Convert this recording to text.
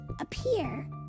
appear